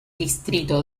distrito